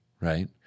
right